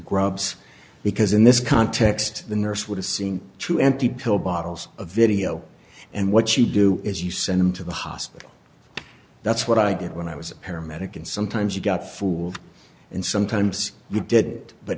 grubs because in this context the nurse would have seen two empty pill bottles a video and what you do is you send him to the hospital that's what i did when i was a paramedic and sometimes you got fooled and sometimes you did but